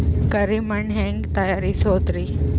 ಕರಿ ಮಣ್ ಹೆಂಗ್ ತಯಾರಸೋದರಿ?